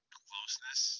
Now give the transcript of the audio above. closeness